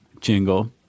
jingle